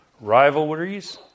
rivalries